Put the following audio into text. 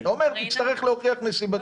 אתה אומר: תצטרך להוכיח נסיבתיות.